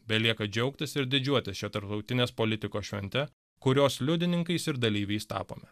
belieka džiaugtis ir didžiuotis šia tarptautinės politikos švente kurios liudininkais ir dalyviais tapome